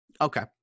Okay